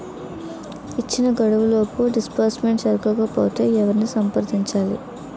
ఇచ్చిన గడువులోపు డిస్బర్స్మెంట్ జరగకపోతే ఎవరిని సంప్రదించాలి?